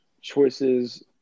Choices